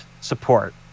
support